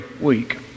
week